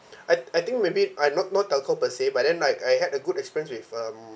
I I think maybe uh not not telco per se but then like I had a good experience with um